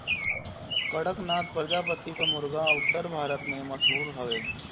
कड़कनाथ प्रजाति कअ मुर्गा उत्तर भारत में मशहूर हवे